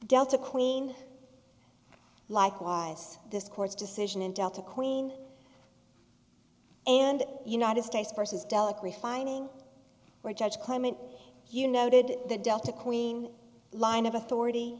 delta queen likewise this court's decision in delta queen and united states versus delic refining where judge clement you noted the delta queen line of authority